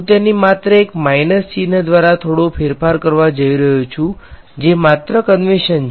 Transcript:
હું તેને માત્ર એક માઈનસ ચિહ્ન દ્વારા થોડો ફેરફાર કરવા જઈ રહ્યો છું જે માત્ર કંવેંશન છે